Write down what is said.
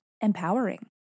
empowering